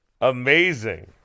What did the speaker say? Amazing